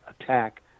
attack